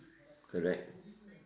correct